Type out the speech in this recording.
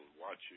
watching